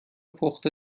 پخت